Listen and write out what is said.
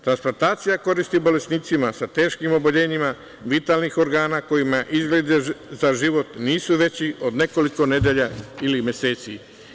Transplantacija koristi bolesnicima sa teškim oboljenjima vitalnih organa kojima izgledi za život nisu veći od nekoliko nedelja ili meseci.